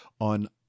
on